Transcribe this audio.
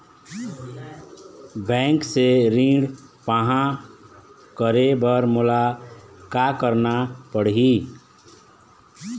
Bank से ऋण पाहां करे बर मोला का करना पड़ही?